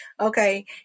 Okay